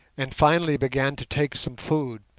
and finally began to take some food,